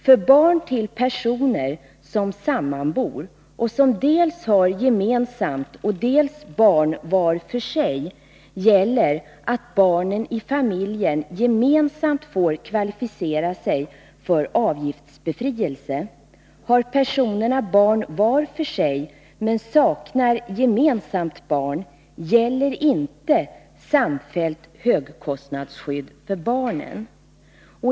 För barn till personer som sammanbor och som dels har gemensamt barn, dels barn var för sig gäller att barnen i familjen gemensamt får kvalificera sig för avgiftsbefrielse. Har personerna barn var för sig, men saknar gemensamt barn, gäller inte samfällt högkostnadsskydd för barnen.